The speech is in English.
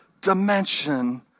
dimension